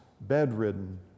bedridden